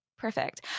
Perfect